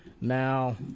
Now